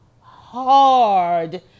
hard